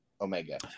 Omega